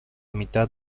mitad